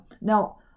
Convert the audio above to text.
Now